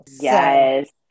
Yes